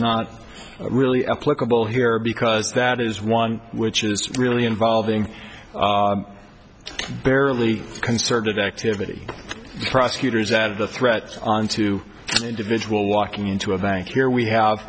not really applicable here because that is one which is really involving fairly concerted activity prosecutors and the threats on two individual walking into a bank here we have